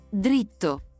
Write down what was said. Dritto